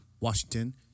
Washington